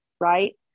Right